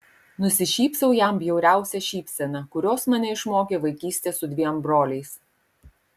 nusišypsau jam bjauriausia šypsena kurios mane išmokė vaikystė su dviem broliais